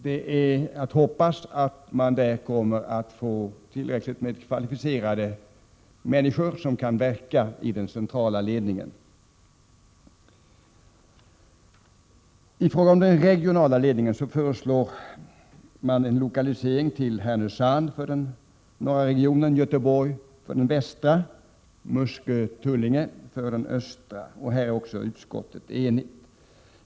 Det är att hoppas att man där kommer att få tillräckligt med kvalificerade människor som kan verka i den centrala ledningen. I fråga om den regionala ledningen föreslås lokalisering till Härnösand för den norra regionen, Göteborg för den västra och Muskö/Tullinge för den östra. Här är utskottet också enigt.